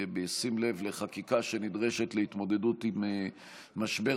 ובשים לב לחקיקה שנדרשת להתמודדות עם משבר